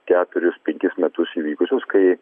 keturis penkis metus įvykusios kai